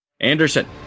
anderson